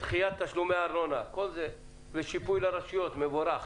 דחיית תשלומי ארנונה ושיפוי לרשויות מבורך.